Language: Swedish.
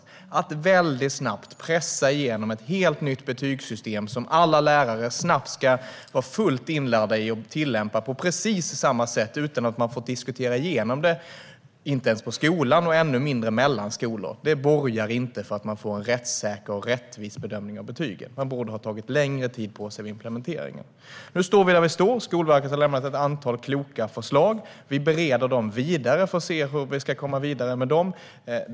Det handlade om att väldigt snabbt pressa igenom ett helt nytt betygssystem som alla lärare skulle vara fullt inlärda i och tillämpa på precis samma sätt utan att de fått diskutera igenom det på skolan och ännu mindre mellan skolor. Det borgar inte för att man får en rättssäker och rättvis bedömning när det gäller betygen. Man borde ha tagit längre tid på sig vid implementeringen. Nu står vi där vi står. Skolverket har lämnat ett antal kloka förslag. Vi bereder dem för att se hur vi ska komma vidare med dem.